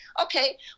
Okay